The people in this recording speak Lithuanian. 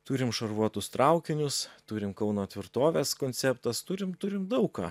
turim šarvuotus traukinius turim kauno tvirtovės konceptas turim turim daug ką